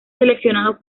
seleccionados